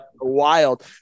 wild